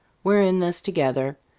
we're in this together,